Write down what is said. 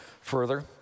Further